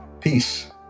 peace